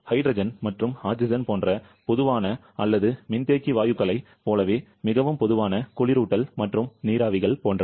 hydrogen மற்றும் oxygen போன்ற பொதுவான அல்லாத மின்தேக்கி வாயுக்களைப் போலவே மிகவும் பொதுவான குளிரூட்டல் மற்றும் நீராவிகள் போன்றவை